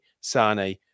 Sane